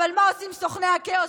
אבל מה עושים סוכני הכאוס,